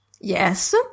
Yes